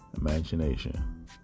imagination